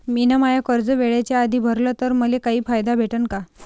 मिन माय कर्ज वेळेच्या आधी भरल तर मले काही फायदा भेटन का?